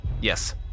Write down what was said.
Yes